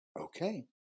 okay